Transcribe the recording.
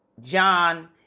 John